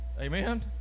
Amen